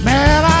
Man